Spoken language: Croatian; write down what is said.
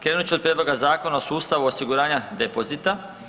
Krenut ću od Prijedloga Zakona o sustavu osiguranja depozita.